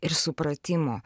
ir supratimo